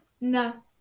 no